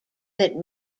that